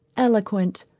eloquent,